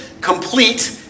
complete